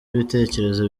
ibitekerezo